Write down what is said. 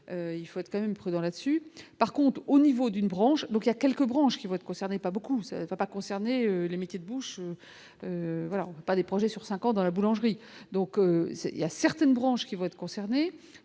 il faut être quand même prudent là-dessus, par contre, au niveau d'une branche, donc il y a quelques branches qui vont être concernés, pas beaucoup, ça va pas concerts. Mais les métiers de bouche. Pas des projets sur 5 ans dans la boulangerie, donc il y a certaines branches qui vont être concernées,